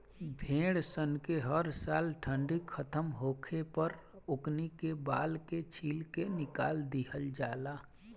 भेड़ सन के हर साल ठंडी खतम होखे पर ओकनी के बाल के छील के निकाल दिहल जाला